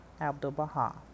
Abdu'l-Baha